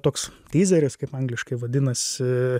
toks tyzeris kaip angliškai vadinasi